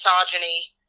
misogyny